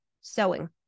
Sewing